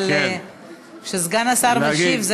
אבל כשסגן השר משיב,